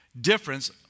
difference